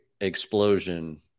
explosion